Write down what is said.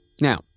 Now